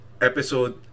episode